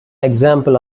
example